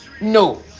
no